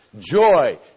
joy